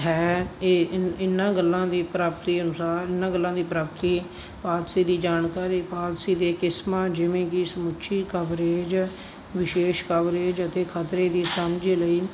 ਹੈ ਇਹ ਇਹਨਾਂ ਗੱਲਾਂ ਦੀ ਪ੍ਰਾਪਤੀ ਅਨੁਸਾਰ ਇਹਨਾਂ ਗੱਲਾਂ ਦੀ ਪ੍ਰਾਪਤੀ ਪਾਲਸੀ ਦੀ ਜਾਣਕਾਰੀ ਪਾਲਸੀ ਦੀਆਂ ਕਿਸਮਾਂ ਜਿਵੇਂ ਕਿ ਸਮੁੱਚੀ ਕਵਰੇਜ ਵਿਸ਼ੇਸ਼ ਕਵਰੇਜ ਅਤੇ ਖਤਰੇ ਦੀ ਸਮਝ ਲਈ